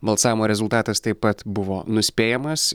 balsavimo rezultatas taip pat buvo nuspėjamas